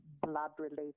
blood-related